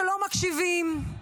לא מקשיבים לך.